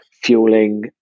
Fueling